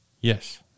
Yes